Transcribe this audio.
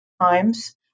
times